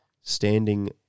standing